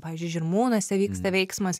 pavyzdžiui žirmūnuose vyksta veiksmas